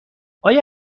آیا